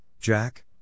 Jack